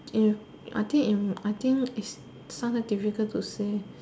if I think if I think is sometime difficult to say